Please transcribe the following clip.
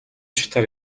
шатаар